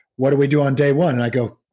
what do we do on day one? and i go,